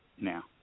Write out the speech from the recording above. now